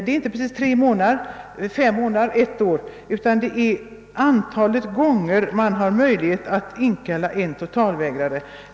Det gäller alltså det sammanlagda straffet för det antal gånger som en totalvägrare kan inkallas.